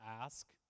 ask